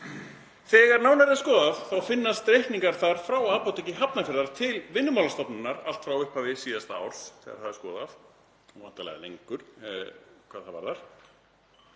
Þegar nánar er skoðað þá finnast reikningar þar frá Apóteki Hafnarfjarðar til Vinnumálastofnunar allt frá upphafi síðasta árs þegar það er skoðað,